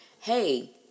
hey